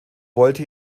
wollte